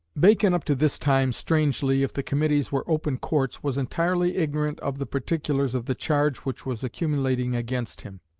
bacon up to this time strangely, if the committees were open courts, was entirely ignorant of the particulars of the charge which was accumulating against him.